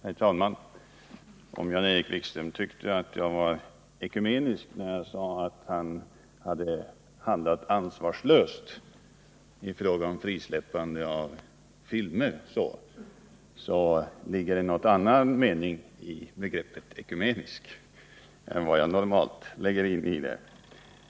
Herr talman! Om Jan-Erik Wikström tyckte att jag var ekumenisk när jag sade att han hade handlat ansvarslöst i fråga om frisläppande av filmer, så ligger det någon annan mening i begreppet ekumenisk än vad jag normalt lägger in i det.